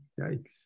Yikes